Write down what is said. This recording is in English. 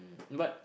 but